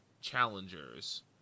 Challengers